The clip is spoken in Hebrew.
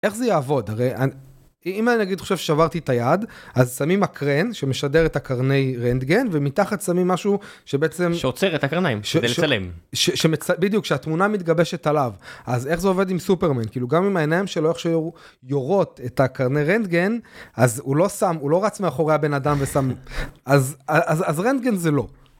איך זה יעבוד? הרי אם אני אגיד עכשיו ששברתי ת'יד אז שמים מקרן שמשדר את הקרני רנטגן ומתחת שמים משהו שבעצם, שעוצר את הקרניים כדי לצלם. בדיוק, שהתמונה מתגבשת עליו. אז איך זה עובד עם סופרמן? כאילו גם אם העיניים שלו איכשהו יורות את הקרני רנטגן אז הוא לא שם, הוא לא רץ מאחורי הבן אדם ושם..אז אז אז רנטגן זה לא.